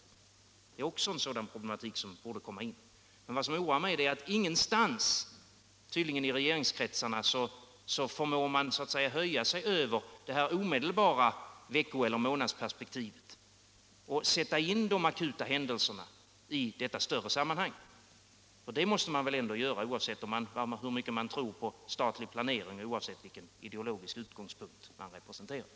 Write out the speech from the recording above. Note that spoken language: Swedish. Detta är också en problematik som borde diskuteras. Vad som oroar mig är att man tydligen ingenstans i regeringskretsarna förmår höja sig över vecko eller månadsperspektivet och sätta in de akuta händelserna i detta större sammanhang. Det måste man väl ändå göra oavsett hur mycket man tror på statlig planering och oavsett vilken ideologisk utgångspunkt man representerar?